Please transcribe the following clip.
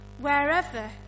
Wherever